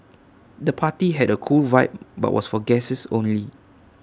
the party had A cool vibe but was for guests only